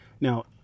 Now